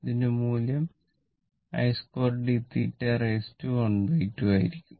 ഇതിന്റെ മൂല്യം i2dθ½ ആയിരിക്കും